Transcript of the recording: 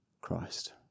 Christ